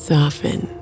Soften